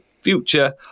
future